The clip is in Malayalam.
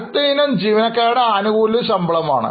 അടുത്ത ഇനം ജീവനക്കാരുടെ ആനുകൂല്യവും ചെലവുകളാണ്